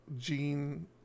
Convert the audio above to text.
gene